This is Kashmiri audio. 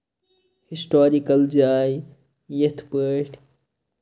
ہِسٹارِکَل جاے یِتھ پٲٹھۍ